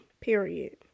Period